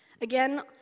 Again